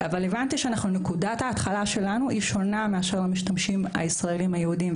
אבל הבנתי שנקודת ההתחלה שלנו שונה משל המשתמשים הישראליים היהודיים.